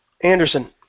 Anderson